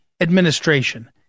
administration